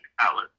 hours